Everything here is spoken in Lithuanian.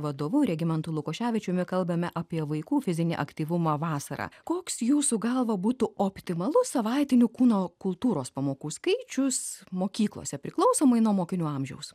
vadovu regimantu lukoševičiumi kalbame apie vaikų fizinį aktyvumą vasarą koks jūsų galva būtų optimalus savaitinių kūno kultūros pamokų skaičius mokyklose priklausomai nuo mokinių amžiaus